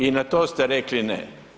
I na to ste rekli ne.